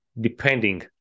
depending